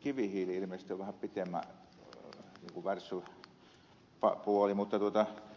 kivihiili ilmeisesti on vähän pitemmän värssyn puoli mutta